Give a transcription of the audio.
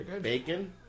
Bacon